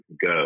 go